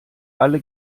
alle